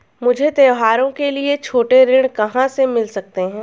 मुझे त्योहारों के लिए छोटे ऋण कहाँ से मिल सकते हैं?